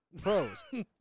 Pros